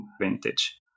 vintage